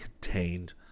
contained